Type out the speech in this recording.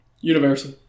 Universal